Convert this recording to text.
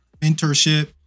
mentorship